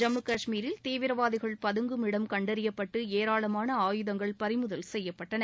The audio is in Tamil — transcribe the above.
ஜம்மு கஷ்மீரில் தீவிரவாதிகள் பதுங்கும் இடம் கண்டறியப்பட்டு ஏராளமான ஆயுதங்கள் பறிமுதல் செய்யப்பட்டன